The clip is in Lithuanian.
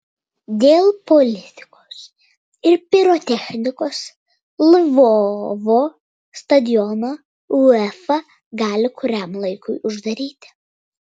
dėl politikos ir pirotechnikos lvovo stadioną uefa gali kuriam laikui uždaryti